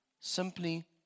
simply